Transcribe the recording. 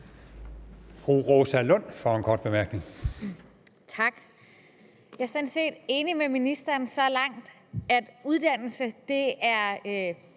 Jeg er sådan set enig med ministeren så langt, at uddannelse i